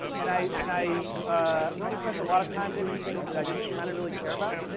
and i and i ah i spent a lot of time doing things that i didn't kind of really care about.